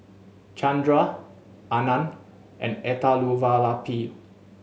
Chandra Anand and Elattuvalapil